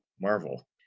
Marvel